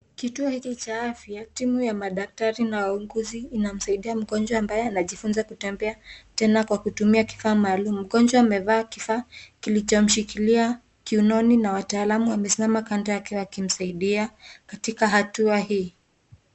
Kituo hiki cha afya timu ya madaktari na wauguzi inamsaidia mgonjwa ambaye anajifunza kutembea tena kwa kutumia kifaa maalum. Mgonjwa amevaa kifaa kilichomshikilia kiunoni na wataalam wamesimama kando yake wakimsaidia katiak hatua hii.